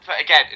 again